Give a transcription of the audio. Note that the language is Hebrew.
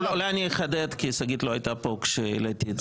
אולי אני אחדד כי שגית לא הייתה פה כשהעליתי את זה.